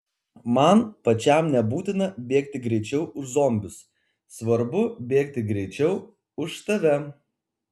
man pačiam nebūtina bėgti greičiau už zombius svarbu bėgti greičiau už tave